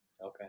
Okay